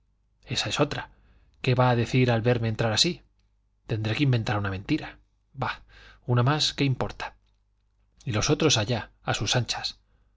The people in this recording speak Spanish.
esta es otra qué va a decir al verme entrar así tendré que inventar una mentira bah una más qué importa y los otros allá a sus anchas